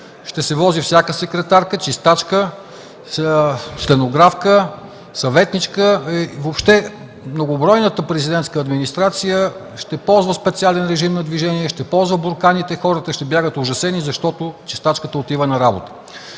ще се вози всяка секретарка, чистачка, стенографка, съветничка, въобще многобройната Президентска администрация ще ползва специален режим на движение, ще ползва бурканите и хората ще бягат ужасени, защото чистачката отива на работа.